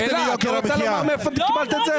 את לא רוצה לומר מאיפה קיבלת את זה?